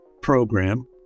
program